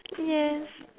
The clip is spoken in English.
yes